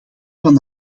van